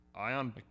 ion –